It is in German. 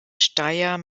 steyr